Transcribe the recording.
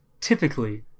typically